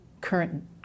current